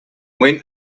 went